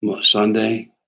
Sunday